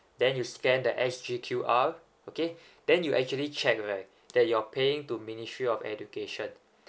then you scan the S_G_Q_R okay then you actually check where that you're paying to ministry of education